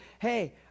Hey